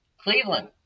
Cleveland